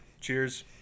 Cheers